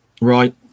Right